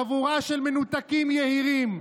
חבורה של מנותקים יהירים.